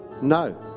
no